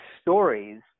stories